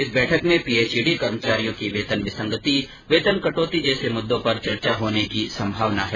इस बैठक में पीएचइडी कर्मचारियों की वेतन विसंगति वेतन कटौती जैसे मुद्दों पर चर्चा होने की संभावना है